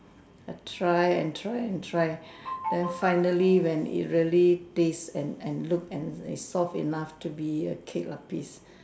I try and try and try then finally when it really tastes and and look it's soft enough to be a kuih-lapis